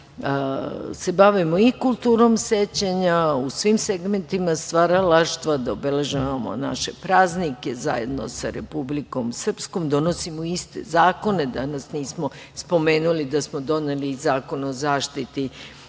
se bavimo i kulturom sećanja u svim segmentima stvaralaštva, da obeležavamo naše praznike, zajedno sa Republikom Srpskom, donosimo iste zakone. Danas nismo spomenuli da smo doneli i Zakon o zaštiti